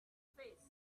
face